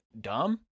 dumb